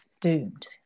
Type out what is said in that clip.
doomed